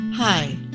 Hi